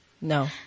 No